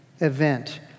event